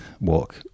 walk